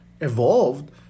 evolved